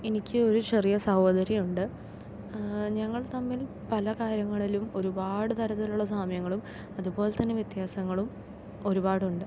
എനിക്ക് ഒരു ചെറിയ സഹോദരി ഉണ്ട് ഞങ്ങൾ തമ്മിൽ പല കാര്യങ്ങളിലും ഒരുപാട് തരത്തിലുള്ള സാമ്യങ്ങളും അതുപോലെതന്നെ വ്യത്യാസങ്ങളും ഒരുപാടുണ്ട്